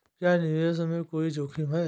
क्या निवेश में कोई जोखिम है?